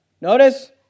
notice